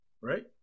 Right